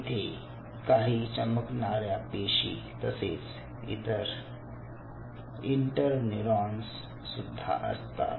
येथे काही चमकणार्या पेशी तसेच इंटर न्यूरॉन्स सुद्धा असतात